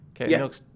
Okay